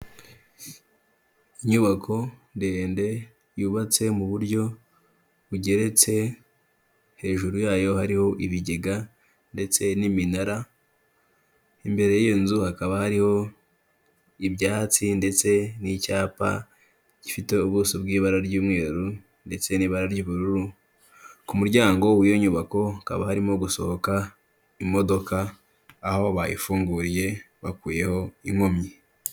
Inyubako ndende yubatse mu buryo bugeretse, hejuru yayo hariho ibigega ndetse n'iminara, imbere y'iyo nzu hakaba hariho ibyatsi ndetse n'icyapa gifite ubuso bw'ibara ry'umweru ndetse n'ibara ry'ubururu, ku muryango w'iyo nyubako hakaba harimo gusohoka imodoka, aho bayifunguriye bakuyeho inkomyi.